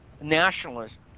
nationalist